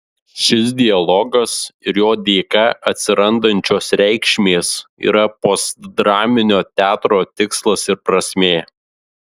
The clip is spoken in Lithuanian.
šis dialogas ir jo dėka atsirandančios reikšmės yra postdraminio teatro tikslas ir prasmė